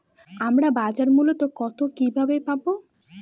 আমরা বাজার মূল্য তথ্য কিবাবে পাবো?